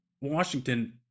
Washington